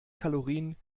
kalorien